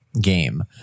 Game